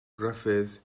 ruffydd